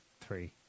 three